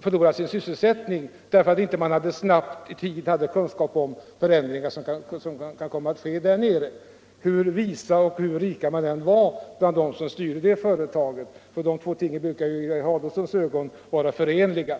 förlora sin sysselsättning därför att man inte snabbt och i tid hade kunskap om de förändringar som kunde komma att ske, hur visa och hur rika de som styrde företaget än var — och dessa båda ting brukar ju i herr Adolfssons ögon vara förenliga.